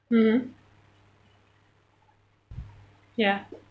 mmhmm ya